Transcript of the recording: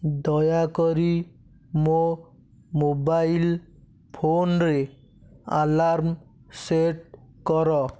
ଦୟାକରି ମୋ ମୋବାଇଲ୍ ଫୋନ୍ରେ ଆଲାର୍ମ୍ ସେଟ୍ କର